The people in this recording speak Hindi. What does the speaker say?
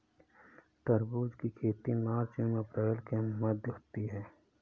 तरबूज की खेती मार्च एंव अप्रैल के मध्य होती है